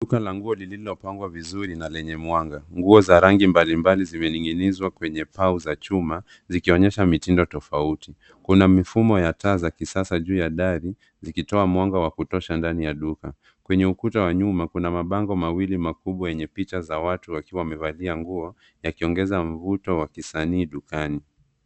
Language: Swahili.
Duka la nguo lililopangwa vizuri na lenye mwanga. Nguo za rangi mbalimbali zimening'inizwa kwenye pau za chuma zikionyesha mitindo tofauti. Kuna mifumo ya taa za kisasa juu ya dari zikitoa mwanga wa kutosha ndani ya duka. kwenye ukuta wa nyuma kuna mabango mawili makubwa yenye picha za watu wakiwa wamevalia nguo yakiongeza mvuto wa kisanii dukani.